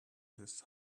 his